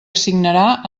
assignarà